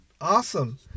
awesome